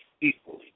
equally